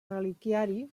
reliquiari